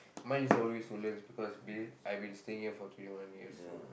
mine is always Woodlands because b~ I've been staying here for twenty one years so